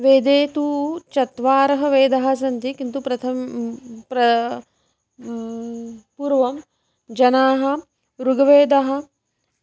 वेदे तु चत्वारः वेदाः सन्ति किन्तु प्रथमं प्र पूर्वं जनाः ऋग्वेदः